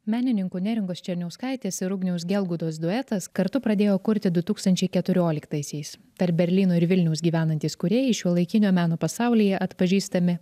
menininkų neringos černiauskaitės ir ugniaus gelgudos duetas kartu pradėjo kurti du tūkstančiai keturioliktaisiais tarp berlyno ir vilniaus gyvenantys kūrėjai šiuolaikinio meno pasaulyje atpažįstami